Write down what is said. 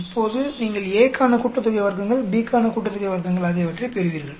இப்போது நீங்கள் A க்கான கூட்டுத்தொகை வர்க்கங்கள் B க்கான கூட்டுத்தொகை வர்க்கங்கள் ஆகியவற்றைப் பெறுவீர்கள்